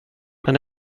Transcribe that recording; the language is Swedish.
men